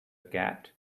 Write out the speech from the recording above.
cat